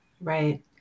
Right